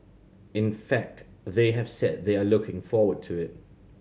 in fact they have said they are looking forward to it